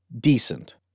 decent